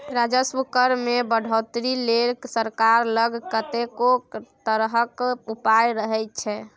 राजस्व कर मे बढ़ौतरी लेल सरकार लग कतेको तरहक उपाय रहय छै